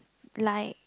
like